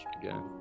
again